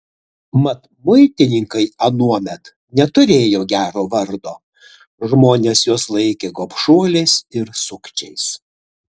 mat muitininkai anuomet neturėjo gero vardo žmonės juos laikė gobšuoliais ir sukčiais